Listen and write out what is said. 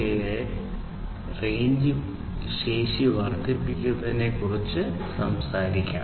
4a range ശേഷി വർദ്ധിപ്പിക്കുന്നതിനെക്കുറിച്ച് സംസാരിക്കുന്നു